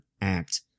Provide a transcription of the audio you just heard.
act